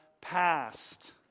past